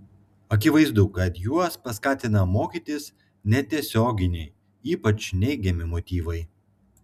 akivaizdu kad juos paskatina mokytis netiesioginiai ypač neigiami motyvai